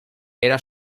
era